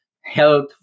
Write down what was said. health